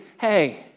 Hey